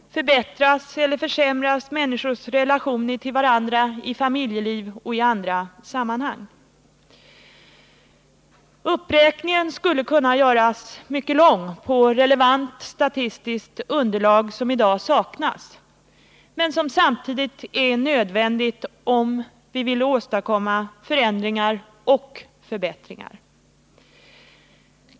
Förbättras eller försämras människors relationer till varandra i familjeliv och i andra sammanhang? Uppräkningen skulle kunna göras mycket lång av relevant statistiskt underlag, som i dag saknas men samtidigt är nödvändigt om vi vill åstadkomma förändringar eller förbättringar.